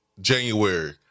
January